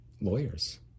lawyers